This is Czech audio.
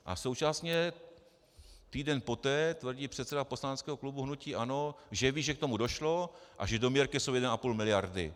A současně týden poté tvrdí předseda poslaneckého klubu hnutí ANO, že ví, že k tomu došlo a že doměrky jsou 1,5 mld.